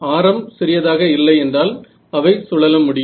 ஆரம் சிறியதாக இல்லை என்றால் அவை சுழல முடியும்